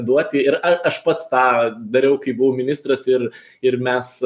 duoti ir aš pats tą dariau kai buvau ministras ir ir mes